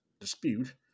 dispute